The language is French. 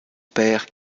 père